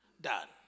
done